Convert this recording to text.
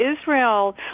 Israel